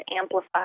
amplify